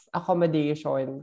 accommodation